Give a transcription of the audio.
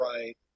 Right